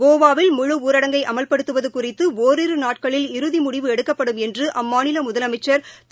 கோவாவில் முழு ஊரடங்கை அமல்படுத்துவது குறித்து ஓரிரு நாட்களில் இறுதி முடிவு எடுக்கப்படும் என்று அம்மாநில முதலமைச்சர் திரு